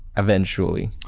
eventually,